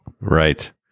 Right